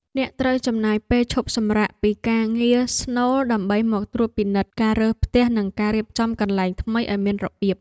អ្នកត្រូវចំណាយពេលឈប់សម្រាកពីការងារស្នូលដើម្បីមកត្រួតពិនិត្យការរើផ្ទះនិងការរៀបចំកន្លែងថ្មីឱ្យមានរបៀប។